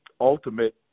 ultimate